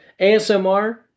ASMR